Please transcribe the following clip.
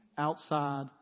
Outside